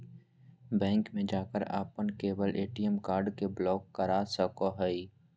bank में जाकर अपने खोवल ए.टी.एम कार्ड के ब्लॉक करा सको हइ